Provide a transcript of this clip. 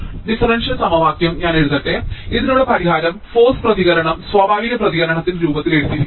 differential സമവാക്യം ഞാൻ എഴുതട്ടെ ഇതിനുള്ള പരിഹാരം ഫോഴ്സ് പ്രതികരണം സ്വാഭാവിക പ്രതികരണത്തിന്റെ രൂപത്തിൽ എഴുതിയിരിക്കുന്നു